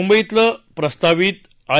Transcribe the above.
मुंबईतलं प्रस्तावित आय